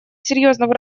серьезного